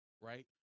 right